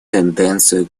тенденцию